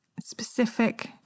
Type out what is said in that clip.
specific